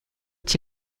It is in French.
est